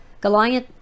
Goliath